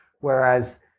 Whereas